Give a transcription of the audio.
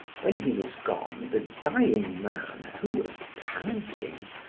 when he was gone, the dying man, who was panting,